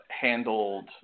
handled